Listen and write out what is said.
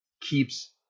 keeps